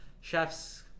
chefs